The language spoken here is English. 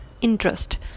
interest